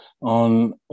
on